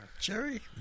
Jerry